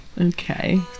Okay